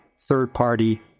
third-party